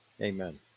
Amen